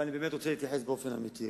אבל אני באמת רוצה להתייחס באופן אמיתי.